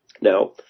now